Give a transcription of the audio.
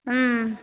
ம்